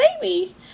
baby